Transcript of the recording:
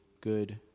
good